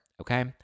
okay